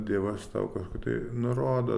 dievas tau kažkokiu tai nurodo